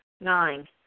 Nine